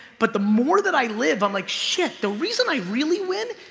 but the more that i live, i'm like, shit. the reason i really win,